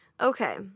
Okay